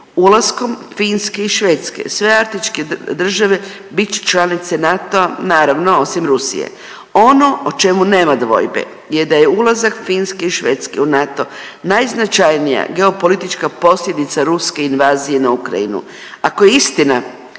Ulaskom Finske i Švedske, sve arktičke države bit će članice NATO-a, naravno osim Rusije. Ono o čemu nema dvojbe je da je ulazak Finske i Švedske u NATO najznačajnija geopolitička posljedica ruske invazije na Ukrajinu. Ako je istina